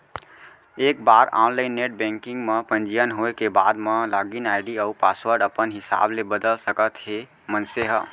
एक बार online net banking म पंजीयन होए के बाद म लागिन आईडी अउ पासवर्ड अपन हिसाब ले बदल सकत हे मनसे ह